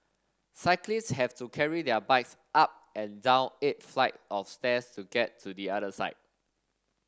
cyclists have to carry their bikes up and down eight flight of stairs to get to the other side